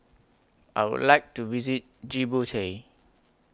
I Would like to visit Djibouti